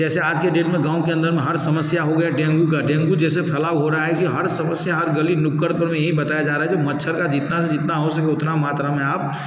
जैसे आज के डेट में गाँव के अंदर में हर समस्या हो गया डेंगू का डेंगू जैसे फैलाव हो रहा है कि हर समस्या हर गली नुक्कड़ पर यही बताया जाता है जो मच्छर का जितना हो सके उतना मात्रा में आप